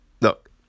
look